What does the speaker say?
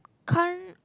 can't